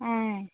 ఆ